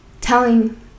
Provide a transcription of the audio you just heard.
telling